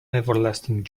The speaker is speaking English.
everlasting